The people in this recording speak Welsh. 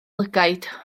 lygaid